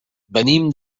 venim